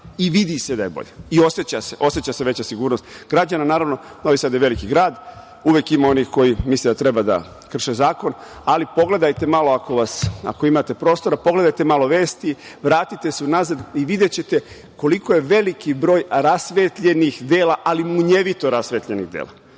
i vidi se da je bolje i oseća se veća sigurnost građana. Naravno, Novi Sad je veliki grad, uvek ima onih koji misle da treba da krše zakon, ali ako imate prostora pogledajte malo vesti, vratite se unazad i videćete koliko je veliki broj rasvetljenih dela, ali munjevito rasvetljenih dela.